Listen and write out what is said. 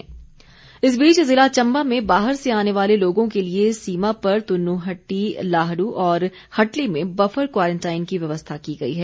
चम्बा व्यवस्था इस बीच जिला चम्बा में बाहर से आने वाले लोगों के लिए सीमा पर तुन्नुहट्टी लाहडू और हटली में बफर क्वारंटाइन की व्यवस्था की गई है